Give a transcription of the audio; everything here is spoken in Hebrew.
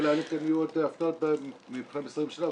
אנחנו נוכל --- השאלה אם יהיו הפתעות מבחינת משרדי הממשלה,